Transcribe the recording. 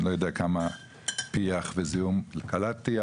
אני לא יודע כמה פיח וזיהום קלטתי,